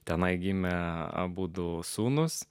tenai gimė abudu sūnūs